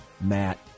Matt